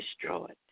destroyed